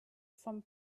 from